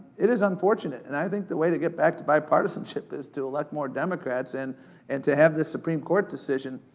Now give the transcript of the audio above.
it is unfortunate, and i think the way to get back to bipartisanship is to elect more democrats, and and to have the supreme court decision,